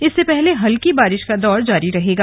इससे पहले हल्की बारिश का दौर जारी रहेगा